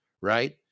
right